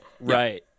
Right